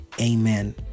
Amen